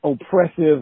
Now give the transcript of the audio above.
oppressive